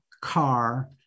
car